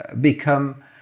become